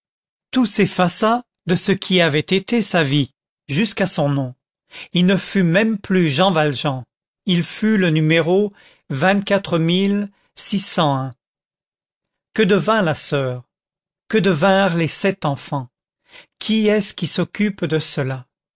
tout s'effaça de ce qui avait été sa vie jusqu'à son nom il ne fut même plus jean valjean il fut le numéro que devint la soeur que devinrent les sept enfants qui est-ce qui s'occupe de cela